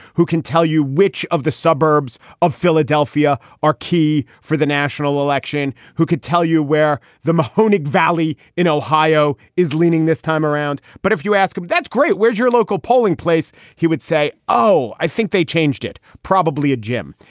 who can tell you which of the suburbs of philadelphia are key for the national election? who could tell you where the mahoning valley in ohio is leaning this time around? but if you ask him, that's great. where's your local polling place? he would say, oh, i think they changed it. probably a gym.